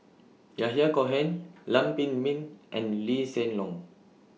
Yahya Cohen Lam Pin Min and Lee Hsien Loong